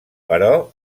però